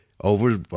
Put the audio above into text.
over